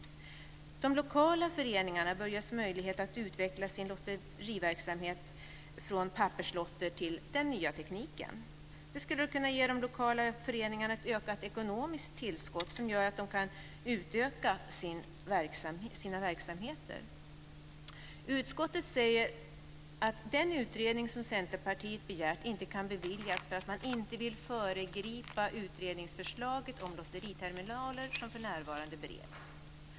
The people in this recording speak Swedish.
De lokala föreningarna bör ges möjlighet att utveckla sin lotteriverksamhet från papperslotter till den nya tekniken. Det skulle kunna ge de lokala föreningarna ett ökat ekonomiskt tillskott som gör att de kan utöka sina verksamheter. Utskottet säger att den utredning Centerpartiet begär inte kan beviljas eftersom man inte vill föregripa utredningsförslaget om lotteriterminaler, som för närvarande bereds.